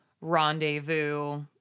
rendezvous